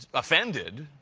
offended,